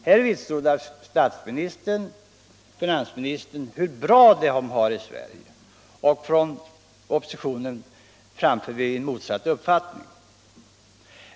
Här vitsordar finansministern hur bra de har det i Sverige, och från oppositionen framför vi motsatt uppfattning.